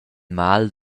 mal